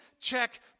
check